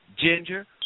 ginger